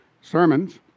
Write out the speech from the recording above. sermons